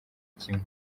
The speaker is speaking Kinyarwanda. kimwe